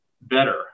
better